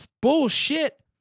Bullshit